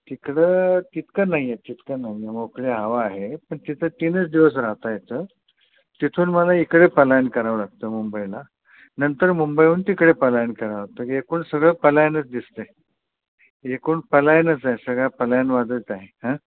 तिकडं तितकं नाही आहे तितकं नाही आहे मोकळी हवा आहे तर तिथं तीनच दिवस राहता येतं तिथून मला इकडे पलायन करावं लागतं मुंबईला नंतर मुंबईहून तिकडे पलायन करावं लागतं एकूण सगळं पलायनच दिसतं आहे एकूण पलायनच आहे सगळं पलायनवादच आहे अं